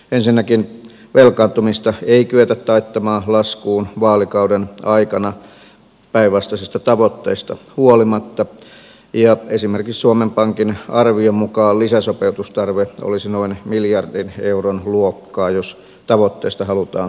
ensinnäkään velkaantumista ei kyetä taittamaan laskuun vaalikauden aikana päinvastaisista tavoitteista huolimatta ja esimerkiksi suomen pankin arvion mukaan lisäsopeutustarve olisi noin miljardin euron luokkaa jos tavoitteista halutaan pitää kiinni